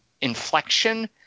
inflection